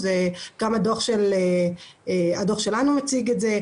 גם הדוח שלנו הציג את זה,